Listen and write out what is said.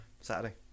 saturday